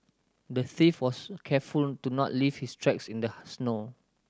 the thief was careful to not leave his tracks in the snow